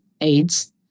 AIDS